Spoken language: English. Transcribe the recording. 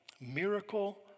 miracle